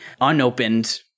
unopened